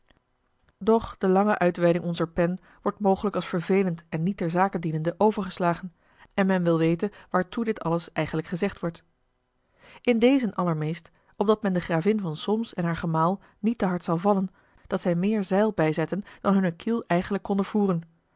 doch de lange uitweiding onzer pen wordt mogelijk als vervelend en niet ter zake dienende overgeslagen en men wil weten waartoe dit alles eigenlijk gezegd wordt in dezen allermeest opdat men de gravin van solms en haar gemaal niet te hard zal vallen dat zij meer zeil bijzetten dan hunne kiel eigenlijk konde voeren